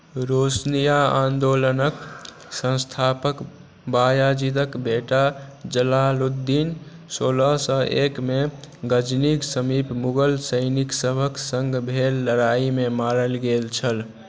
रोशनीया आन्दोलनक संस्थापक बायाजिदक बेटा जलालुद्दीन सोलह सए एकमे गजनीक समीप मुगल सैनिकसभक सङ्ग भेल लड़ाइमे मारल गेल छल